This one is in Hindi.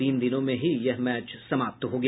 तीन दिनों में ही यह मैच समाप्त हो गया